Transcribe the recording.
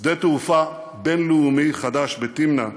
שדה תעופה בין-לאומי חדש בתמנע,